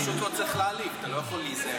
פשוט לא צריך להעליב, אתה לא יכול להיזהר.